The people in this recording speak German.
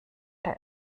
der